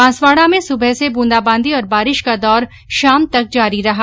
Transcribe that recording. बांसवाड़ा में सुबह से बूंदाबांदी और बारिश का दौर शाम तक जारी रहा